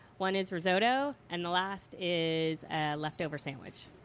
one is risotto. and the last is a leftover sandwich